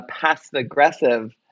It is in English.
passive-aggressive